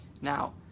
Now